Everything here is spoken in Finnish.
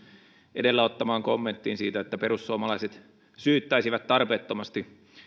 edellä ottamaan kommenttiin siitä että perussuomalaiset syyttäisivät tarpeettomasti